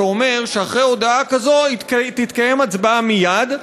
שאומר שאחרי הודעה כזאת תתקיים הצבעה מייד.